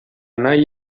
nahi